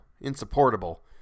Insupportable